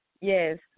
Yes